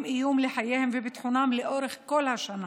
איום על חייהן וביטחונן לאורך כל השנה.